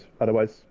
otherwise